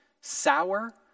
sour